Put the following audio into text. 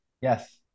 yes